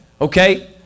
Okay